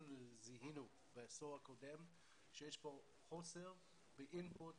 בעשור הקודם אנחנו זיהינו שיש כאן חוסר באימפוט